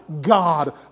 God